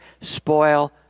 spoil